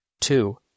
Two